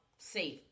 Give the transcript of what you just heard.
safe